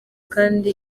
kandi